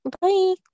Bye